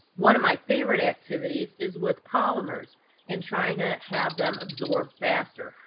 one of my favorite activities is with polymers and trying to have them absorb faster,